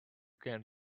can